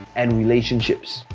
and relationships.